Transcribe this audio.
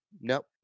nope